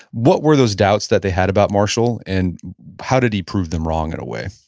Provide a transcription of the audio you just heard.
what were those doubts that they had about marshall, and how did he prove them wrong in a way?